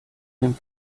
dem